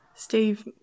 Steve